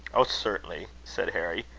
oh, certainly, said harry,